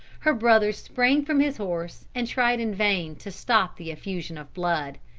her brother sprang from his horse and tried in vain to stop the effusion of blood.